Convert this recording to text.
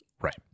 Right